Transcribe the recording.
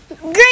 green